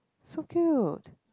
so cute